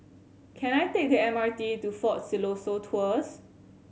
can I take the M R T to Fort Siloso Tours